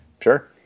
Sure